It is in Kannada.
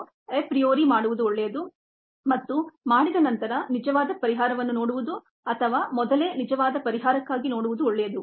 ಇದನ್ನು ಎ ಪ್ರಿಯೊರಿ ಮಾಡುವುದು ಒಳ್ಳೆಯದು ಮತ್ತು ಮಾಡಿದ ನಂತರ ನಿಜವಾದ ಪರಿಹಾರವನ್ನು ನೋಡುವುದು ಅಥವಾ ಮೊದಲೇ ನಿಜವಾದ ಪರಿಹಾರಕ್ಕಾಗಿ ನೋಡುವುದು ಒಳ್ಳೆಯದು